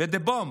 and the bomb.